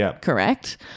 correct